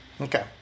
Okay